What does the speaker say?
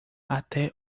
até